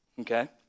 Okay